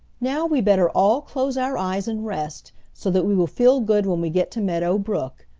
now we better all close our eyes and rest, so that we will feel good when we get to meadow brook,